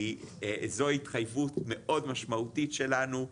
כי זו התחייבות מאוד משמעותית שלנו.